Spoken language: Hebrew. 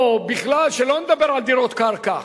או בכלל שלא נדבר על דירות קרקע,